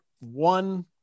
one